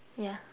ya